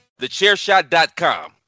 TheChairShot.com